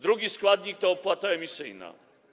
Drugi składnik to opłata emisyjna.